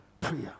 prayer